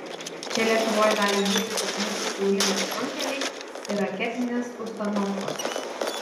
čia lietuvoj gali būti tik mūsų kiaulidės runkeliai ir raketines ustanofkos